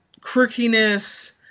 quirkiness